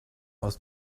aus